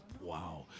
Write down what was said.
wow